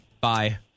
bye